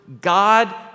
God